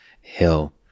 hill